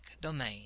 domain